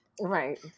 Right